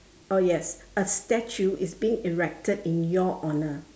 oh yes a statue is being erected in your honour